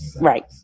right